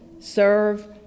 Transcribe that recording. serve